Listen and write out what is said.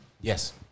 Yes